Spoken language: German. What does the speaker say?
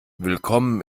willkommen